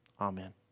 Amen